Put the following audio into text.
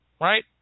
right